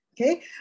Okay